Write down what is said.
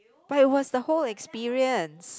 but it was the whole experience